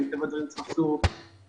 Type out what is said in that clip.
מטבע הדברים נצטרך לחזור לממשלה.